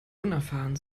unerfahren